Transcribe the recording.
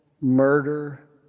murder